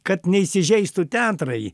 kad neįsižeistų teatrai